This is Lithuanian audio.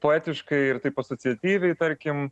poetiškai ir taip asociatyviai tarkim